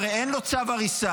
הרי אין לו צו הריסה,